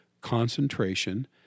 concentration